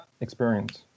experience